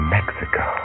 Mexico